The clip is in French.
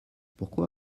pourquoi